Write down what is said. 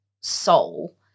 soul